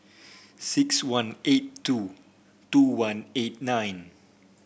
six one eight two two one eight nine